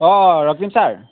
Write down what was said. অঁ ৰক্তিম ছাৰ